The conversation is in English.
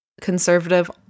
conservative